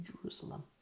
Jerusalem